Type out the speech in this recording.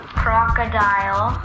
crocodile